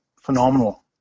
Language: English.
phenomenal